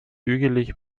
hügelig